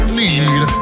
need